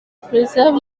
preserve